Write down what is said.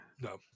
No